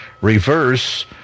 reverse